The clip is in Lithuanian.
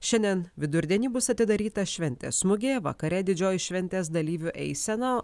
šiandien vidurdienį bus atidaryta šventės mugė vakare didžioji šventės dalyvių eisena